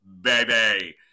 baby